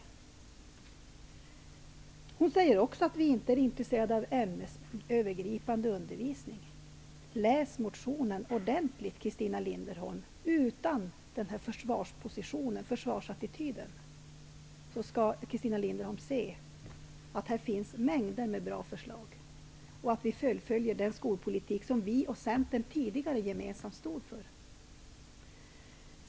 Christina Linderholm säger även att vi socialdemokrater inte är intresserade av ämnesövergripande undervisning. Läs motionen ordentligt, Christina Linderholm -- utan denna försvarsattityd! Då kommer Christina Linderholm att finna att det finns mängder med bra förslag i den. Hon kommer även att finna att Socialdemokraterna fullföljer den skolpolitik som vi och Centern tidigare gemensamt stod för.